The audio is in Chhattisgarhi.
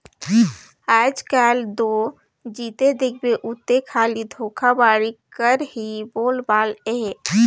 आएज काएल दो जिते देखबे उते खाली धोखाघड़ी कर ही बोलबाला अहे